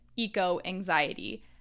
eco-anxiety